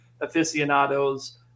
aficionados